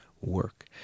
work